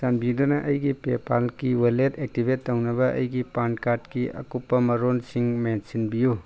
ꯆꯥꯟꯕꯤꯗꯨꯅ ꯑꯩꯒꯤ ꯄꯦꯄꯥꯜꯒꯤ ꯋꯥꯜꯂꯦꯠ ꯑꯦꯛꯇꯤꯕꯦꯠ ꯇꯧꯅꯕ ꯑꯩꯒꯤ ꯄꯥꯟ ꯀꯥꯔ꯭ꯗꯀꯤ ꯑꯀꯨꯞꯄ ꯃꯔꯣꯟꯁꯤꯡ ꯃꯦꯟꯁꯤꯟꯕꯤꯌꯨ